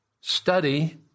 study